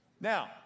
Now